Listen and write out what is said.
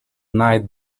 night